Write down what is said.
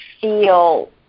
feel